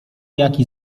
jaki